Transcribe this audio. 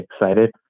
excited